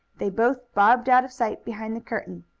they both bobbed out of sight behind the curtain.